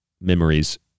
memories